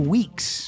Weeks